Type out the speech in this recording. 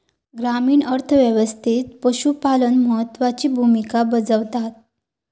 ग्रामीण अर्थ व्यवस्थेत पशुपालन महत्त्वाची भूमिका बजावता